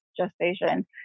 gestation